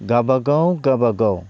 गाबागाव गाबागाव